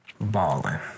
Balling